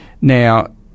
Now